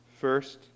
First